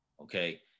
okay